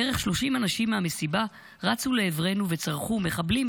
בערך 30 אנשים מהמסיבה רצו לעברנו וצרחו: מחבלים,